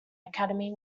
academy